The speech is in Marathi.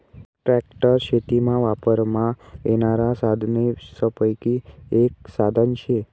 ट्रॅक्टर शेतीमा वापरमा येनारा साधनेसपैकी एक साधन शे